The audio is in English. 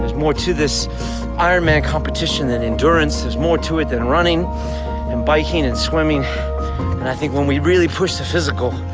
more to this iron man competition than endurance, there's more to it than running and biking and swimming and i think when we really push the physical,